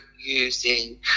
using